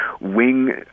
wing